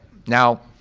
now,